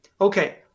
Okay